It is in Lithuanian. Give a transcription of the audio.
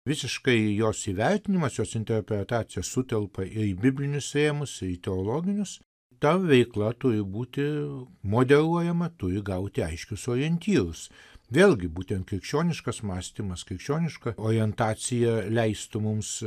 visiškai jos įvertinimas jos interpretacija sutelpa į biblinius rėmus į teologinius ta veikla turi būti moderuojama turi gauti aiškius orientyrus vėlgi būtent krikščioniškas mąstymas krikščioniška orientacija leistų mums